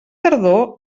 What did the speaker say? tardor